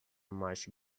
much